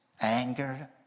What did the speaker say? anger